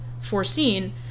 foreseen